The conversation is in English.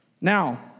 Now